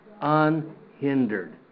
unhindered